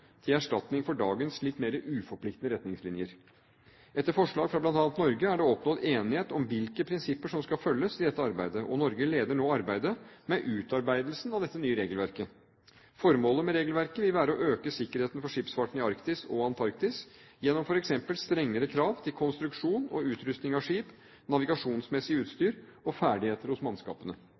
til erstatning for dagens litt mer uforpliktende retningslinjer. Etter forslag fra bl.a. Norge er det oppnådd enighet om hvilke prinsipper som skal følges i dette arbeidet, og Norge leder nå arbeidet med utarbeidelsen av dette nye regelverket. Formålet med regelverket vil være å øke sikkerheten for skipsfarten i Arktis og Antarktis gjennom f.eks. strengere krav til konstruksjon og utrustning av skip, navigasjonsmessig utstyr og ferdigheter hos mannskapene.